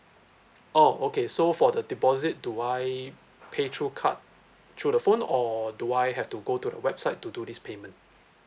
oh okay so for the deposit do I pay through card through the phone or do I have to go to the website to do this payment